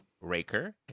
raker